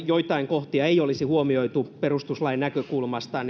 joitain kohtia ei olisi huomioitu perustuslain näkökulmasta